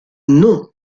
noms